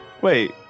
Wait